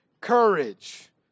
courage